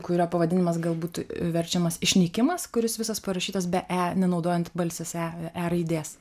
kurio pavadinimas galbūt verčiamas išnykimas kuris visas parašytas be e nenaudojant balsės e e raidės